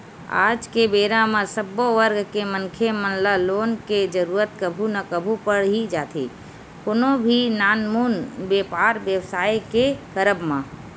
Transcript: आज के बेरा म सब्बो वर्ग के मनखे मन ल लोन के जरुरत कभू ना कभू पड़ ही जाथे कोनो भी नानमुन बेपार बेवसाय के करब म